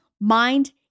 mind